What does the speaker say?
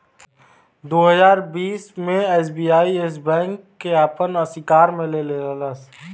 दू हज़ार बीस मे एस.बी.आई येस बैंक के आपन अशिकार मे ले लेहलस